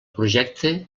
projecte